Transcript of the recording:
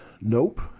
Nope